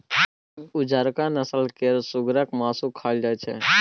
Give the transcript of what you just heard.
उजरका नस्ल केर सुगरक मासु खाएल जाइत छै